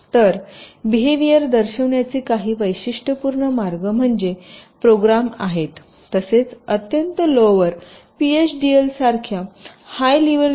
तर बेहवीयर दर्शविण्याचे काही वैशिष्ट्यपूर्ण मार्ग म्हणजे प्रोग्राम आहेत तसेच अत्यंत लोवर पीएचडीएल सारख्या हाय लेवल डिस्क्रिपशन लँग्वेज मध्ये